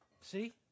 See